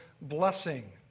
blessing